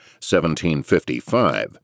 1755